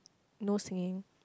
no singing